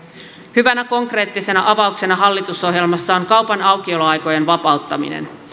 hyvänä konkreettisena avauksena hallitusohjelmassa on kaupan aukioloaikojen vapauttaminen